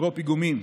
בשירו "פיגומים":